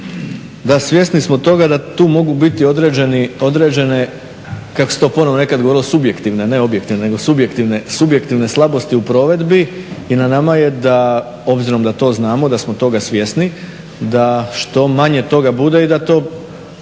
Da, svjesni smo toga da tu mogu biti određene, kako se to … nekada govorilo subjektivne, ne objektivne, nego subjektivne slabosti u provedbi i na nama je da obzirom da to znamo da smo toga svjesni da što manje toga bude i da to